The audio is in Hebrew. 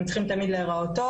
הם צריכים תמיד להראות טוב,